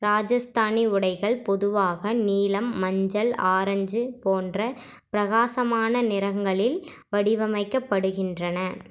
ராஜஸ்தானி உடைகள் பொதுவாக நீலம் மஞ்சள் ஆரஞ்சு போன்ற பிரகாசமான நிறங்களில் வடிவமைக்கப்படுகின்றன